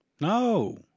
No